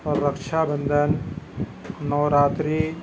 اور رکشا بندھن نوراتری